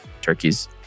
turkeys